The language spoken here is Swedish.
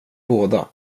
båda